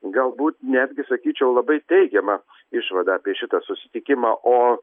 galbūt netgi sakyčiau labai teigiama išvada apie šitą susitikimą o